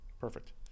Perfect